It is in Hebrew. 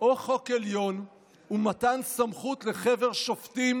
או 'חוק עליון' ומתן סמכות לחבר שופטים"